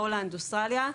הולנד ואוסטרליה,